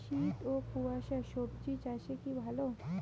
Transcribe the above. শীত ও কুয়াশা স্বজি চাষে কি ভালো?